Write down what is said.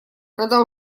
когда